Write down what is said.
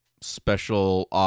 special